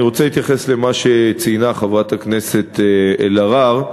אני רוצה להתייחס למה שציינה חברת הכנסת אלהרר.